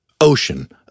ocean